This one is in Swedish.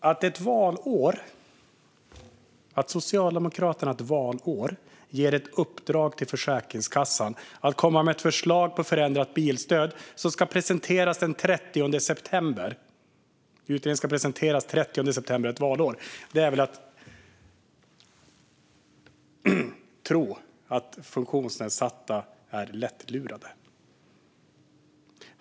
Att Socialdemokraterna ett valår ger i uppdrag till Försäkringskassan att komma med ett förslag om ett förändrat bilstöd och att denna utredning ska presenteras den 30 september är att tro att funktionsnedsatta är lättlurade.